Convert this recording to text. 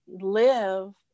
live